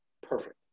Perfect